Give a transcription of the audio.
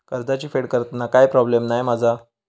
कर्जाची फेड करताना काय प्रोब्लेम नाय मा जा?